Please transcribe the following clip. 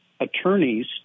attorneys